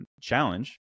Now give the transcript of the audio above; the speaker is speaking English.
challenge